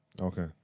Okay